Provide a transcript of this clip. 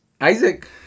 Isaac